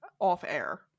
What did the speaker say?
off-air